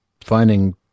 finding